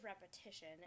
repetition